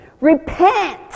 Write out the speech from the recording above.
Repent